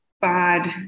bad